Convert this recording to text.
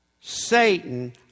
Satan